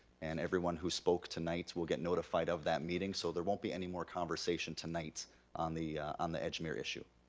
and everyone who spoke tonight tonight will get notified of that meeting. so there won't be anymore conversation tonight on the on the edgemere issue,